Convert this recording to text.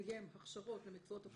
לקיים הכשרות למקצועות הפרה-רפואיים.